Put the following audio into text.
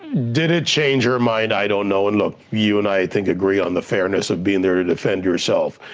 did it change her mind? i don't know and look, you and i, i think agree on the fairness of being there to defend yourself,